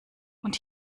und